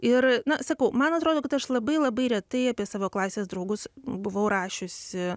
ir na sakau man atrodo kad aš labai labai retai apie savo klasės draugus buvau rašiusi